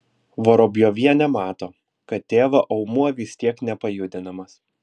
vorobjovienė mato kad tėvo aumuo vis tiek nepajudinamas